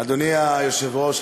אדוני היושב-ראש,